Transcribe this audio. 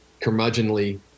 curmudgeonly